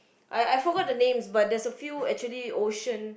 I I forgot the names but there's a few actually oceans